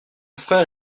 frère